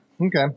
Okay